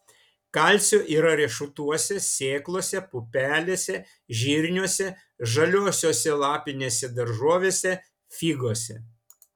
kalcio yra riešutuose sėklose pupelėse žirniuose žaliosiose lapinėse daržovėse figose